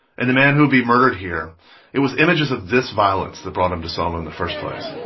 and the man who would be murdered here it was images of this violence that brought him to selma in the first place